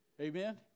Amen